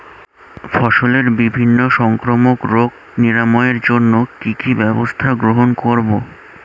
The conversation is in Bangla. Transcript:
ফসলের বিভিন্ন সংক্রামক রোগ নিরাময়ের জন্য কি কি ব্যবস্থা গ্রহণ করব?